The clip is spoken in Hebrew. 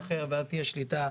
או אחר ואז תהיה שליטה,